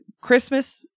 Christmas